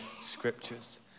scriptures